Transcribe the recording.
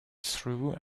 through